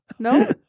No